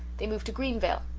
they moved to greenvale.